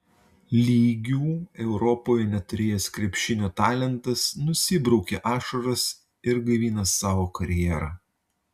lygių europoje neturėjęs krepšinio talentas nusibraukė ašaras ir gaivina savo karjerą